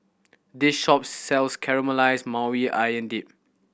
this shop sells Caramelized Maui Onion Dip